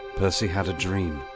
percy had a dream.